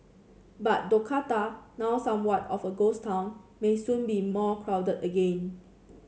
but Dakota now somewhat of a ghost town may soon be more crowded again